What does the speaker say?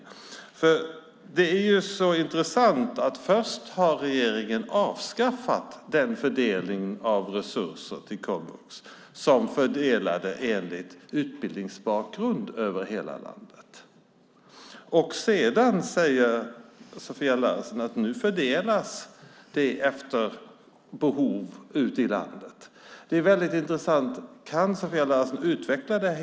Det är intressant att regeringen först avskaffade fördelningen av resurser till komvux över hela landet utifrån utbildningsbakgrund. Nu säger Sofia Larsen att resurserna fördelas efter behov ute i landet. Det är intressant. Kan Sofia Larsen utveckla detta?